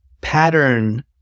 pattern